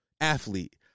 athlete